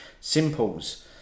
simples